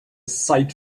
sight